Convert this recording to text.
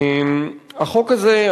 החוק הזה,